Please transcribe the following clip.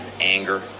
Anger